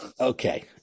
Okay